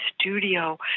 studio